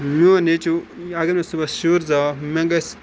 میون نیٚچوٗ اَگَر مےٚ صُبحس شُر زاو مےٚ گَژھِ